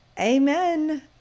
Amen